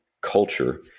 culture